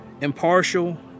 impartial